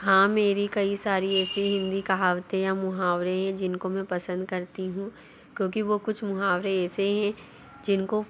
हाँ मेरी कई सारी ऐसी हिन्दी कहावतें या मुहावरे हैं जिनको मैं पसंद करती हूँ क्योंकि वो कुछ मुहावरे ऐसे हैं जिनको